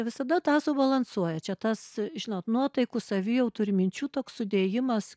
visada tą subalansuoja čia tas žinot nuotaikų savijautų ir minčių toks sudėjimas